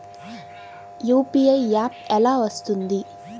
UPI app ఎలా వస్తుంది?